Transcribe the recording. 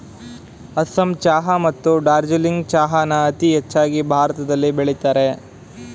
ಅಸ್ಸಾಂ ಚಹಾ ಮತ್ತು ಡಾರ್ಜಿಲಿಂಗ್ ಚಹಾನ ಅತೀ ಹೆಚ್ಚಾಗ್ ಭಾರತದಲ್ ಬೆಳಿತರೆ